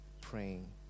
praying